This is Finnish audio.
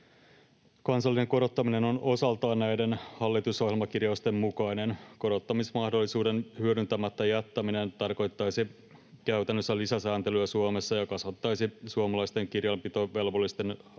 kansallinen korottaminen on osaltaan näiden hallitusohjelmakirjausten mukainen. Korottamismahdollisuuden hyödyntämättä jättäminen tarkoittaisi käytännössä lisäsääntelyä Suomessa ja kasvattaisi suomalaisten kirjanpitovelvollisten